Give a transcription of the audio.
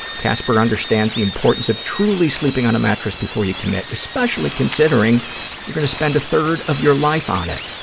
casper understands the importance of truly sleeping on a mattress before you commit, especially considering you're going to spend a third of your life on it.